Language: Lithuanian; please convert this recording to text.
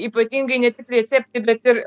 ypatingai ne tik receptai bet ir